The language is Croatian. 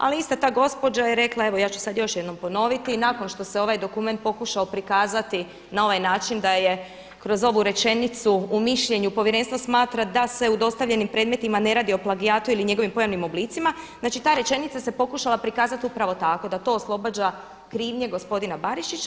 Ali ista ta gospođa je rekla evo ja ću još jednom ponoviti nakon što se ovaj dokument pokušao prikazati na ovaj način da je kroz ovu rečenicu u mišljenju povjerenstvo smatra da se u dostavljenim predmetima ne redi o plagijatu ili njegovim pojavnim oblicima, znači ta rečenica se pokušala prikazati upravo tako da to oslobađa krivnje gospodina Barišića.